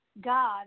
God